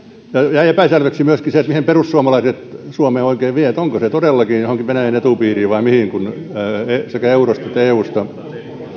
jäi epäselväksi myöskin se mihin perussuomalaiset suomea oikein vievät onko se todellakin johonkin venäjän etupiiriin vai mihin kun sekä eurosta että